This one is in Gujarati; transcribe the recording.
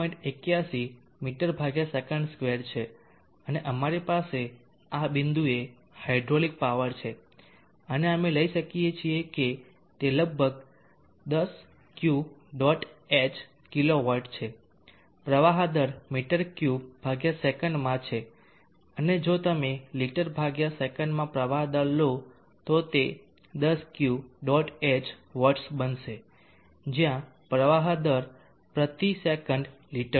81 મી સે2 છે અને અમારી પાસે આ બિંદુએ હાઇડ્રોલિક પાવર છે અને અમે લઈ શકીએ છીએ તે લગભગ 10 Q dot h kilo watt છે પ્રવાહ દર મી3 સે માં છે અને જો તમે લિટર સે માં પ્રવાહ દર લો તો તે 10 Q dot h વોટ્સ બનશે જ્યાં પ્રવાહ દર પ્રતિ સેકંડ લિટર છે